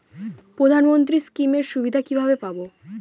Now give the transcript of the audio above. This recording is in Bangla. প্রধানমন্ত্রী স্কীম এর সুবিধা কিভাবে পাবো?